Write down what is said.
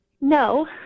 No